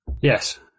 Yes